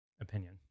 opinion